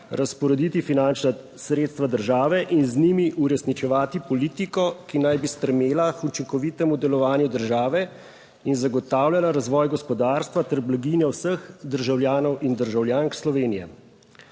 razporediti finančna sredstva države in z njimi uresničevati politiko, ki naj bi stremela k učinkovitemu delovanju države in zagotavljala razvoj gospodarstva ter blaginjo vseh državljanov in državljank Slovenije.